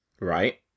Right